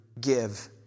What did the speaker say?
give